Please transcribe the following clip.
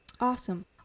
Awesome